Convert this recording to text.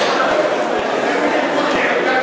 ההצעה להעביר את הצעת חוק חינוך